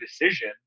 decision